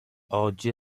oggi